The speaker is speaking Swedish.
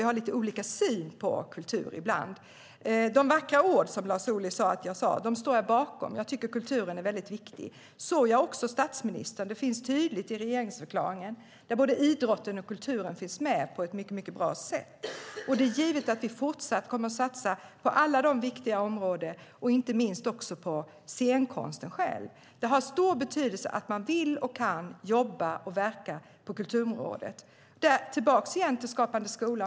Vi har lite olika syn på kultur ibland. De vackra ord som Lars Ohly sade att jag sade står jag bakom. Jag tycker att kulturen är väldigt viktig. Så gör också statsministern. Det finns tydligt i regeringsförklaringen. Där finns både idrotten och kulturen med på ett mycket bra sätt. Och det är givet att vi fortsatt kommer att satsa på alla viktiga områden och inte minst också på scenkonsten. Det har stor betydelse att man vill och kan jobba och verka på kulturområdet. Jag ska gå tillbaka till Skapande skola.